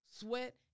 sweat